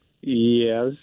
Yes